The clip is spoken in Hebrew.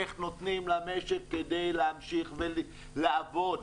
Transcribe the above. איך נותנים למשק להמשיך לעבוד,